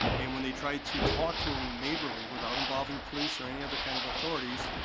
and when they try to talk to him neighborly, without involving police or any other kind of authorities,